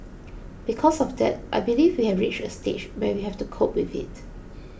because of that I believe we have reached a stage where we have to cope with it